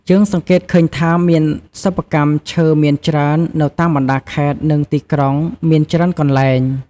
យើងសង្កេតឃើញថាមានសប្បកម្មឈើមានច្រើននៅតាមបណ្តាខេត្ត និងទីក្រុងមានច្រើនកន្លែង។